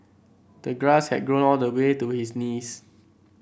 the grass had grown all the way to his knees